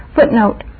Footnote